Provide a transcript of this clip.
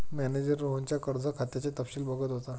manager रोहनच्या कर्ज खात्याचे तपशील बघत होता